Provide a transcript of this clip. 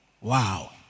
wow